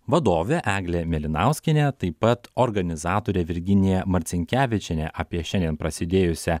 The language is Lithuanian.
vadovę eglę mėlinauskienę taip pat organizatorę virginiją marcinkevičienę apie šiandien prasidėjusią